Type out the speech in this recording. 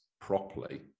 properly